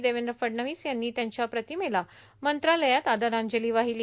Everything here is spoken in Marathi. देवेंद्र फडणवीस यांनी त्यांच्या प्रतिमेला मंत्रालयात आदरांजली वाहिली